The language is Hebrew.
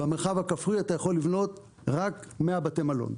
במרחב הכפרי אתה יכול לבנות רק 100 בתי מלון.